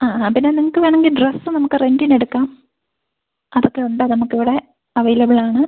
ആ ആ പിന്നെ നിങ്ങൾക്ക് വേണമെങ്കിൽ ഡ്രസ്സ് നമുക്ക് റെൻറ്റിന് എടുക്കാം അതൊക്കെ ഉണ്ട് നമുക്ക് ഇവിടെ അവൈലബിൾ ആണ്